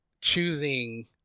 choosing